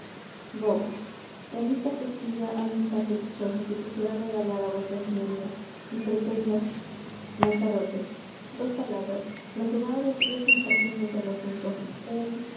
en esta cestilla hay un par de pichones que quisiera regalar á vuestra señoría y pretendo lanzarote dos palabras lo que va á decir es impertinente al asunto el